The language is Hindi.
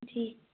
जी